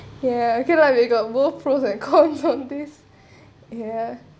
ya okay lah we got both pros and cons on this ya